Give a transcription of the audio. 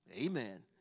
Amen